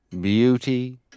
Beauty